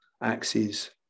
axes